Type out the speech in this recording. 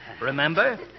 Remember